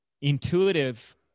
intuitive